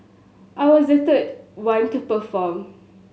I was the third one to perform